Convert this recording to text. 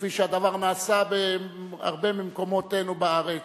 כפי שהדבר נעשה בהרבה ממקומותינו בארץ,